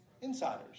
insiders